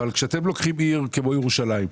אבל כשאתם לוקחים עיר כמו ירושלים,